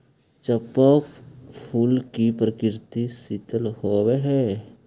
चंपा फूल की प्रकृति शीतल होवअ हई